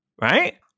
right